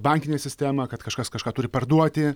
bankinę sistemą kad kažkas kažką turi parduoti